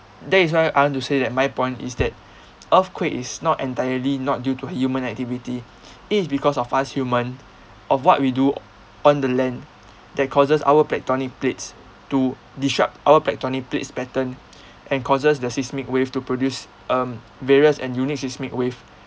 that is why I want to say that my point is that earthquake is not entirely not due to human activity it is because of us human of what we do on the land that causes our tectonic plates to disrupt our tectonic plates pattern and causes the seismic wave to produce um various and unique seismic wave